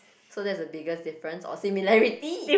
so that's the biggest difference or similarity